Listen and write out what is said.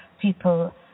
people